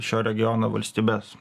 šio regiono valstybes